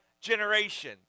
generation